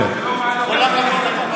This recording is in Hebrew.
כל הכבוד לך.